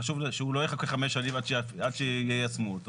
ולא יכול לחכות חמש שנים עד שיישמו אותו,